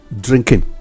drinking